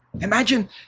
imagine